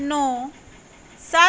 ਨੌਂ ਸੱਤ